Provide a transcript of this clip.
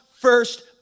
first